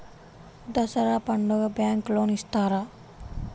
దసరా పండుగ bank loan ఇస్తారా?